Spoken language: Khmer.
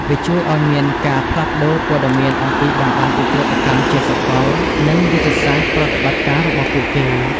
វាជួយឲ្យមានការផ្លាស់ប្តូរព័ត៌មានអំពីបណ្តាញឧក្រិដ្ឋកម្មជាសកល និងយុទ្ធសាស្ត្រប្រតិបត្តិការរបស់ពួកគេ។